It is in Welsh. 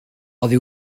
oddi